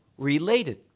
related